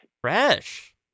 Fresh